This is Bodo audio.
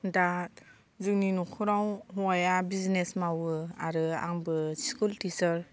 दा जोंनि न'खराव हौवाया बिजिनेस मावो आरो आंबो स्कुल टिचार